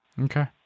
Okay